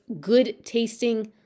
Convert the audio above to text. good-tasting